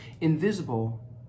invisible